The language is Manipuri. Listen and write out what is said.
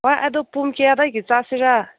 ꯍꯣꯏ ꯑꯗꯨ ꯄꯨꯡ ꯀꯌꯥꯗꯒꯤ ꯆꯠꯁꯤꯔ